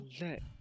let